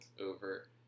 over